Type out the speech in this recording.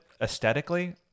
aesthetically